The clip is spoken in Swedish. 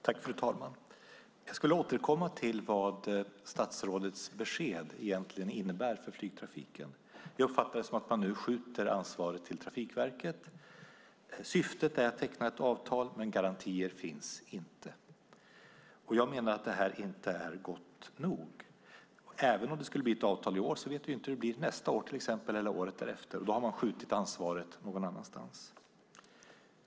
Fru talman! Jag skulle återkomma till vad statsrådets besked egentligen innebär för flygtrafiken. Jag uppfattade det som att man nu skjuter ansvaret till Trafikverket. Syftet är att teckna ett avtal, men garantier finns inte. Jag menar att det här inte är gott nog. Även om det skulle bli ett avtal i år vet vi inte hur det blir nästa år eller året därefter, och då har man skjutit ansvaret någon annanstans.